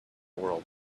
world